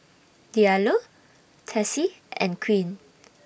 Diallo Tessie and Quinn